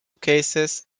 cases